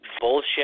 bullshit